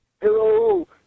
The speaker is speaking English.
Hello